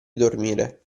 dormire